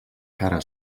cara